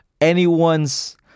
anyone's